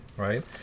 Right